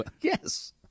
Yes